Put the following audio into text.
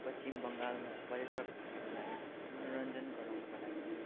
पश्चिम बङ्गालमा पर्यटकहरूलाई मनोरञ्जन गराउनका लागि